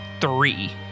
three